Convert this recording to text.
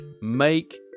make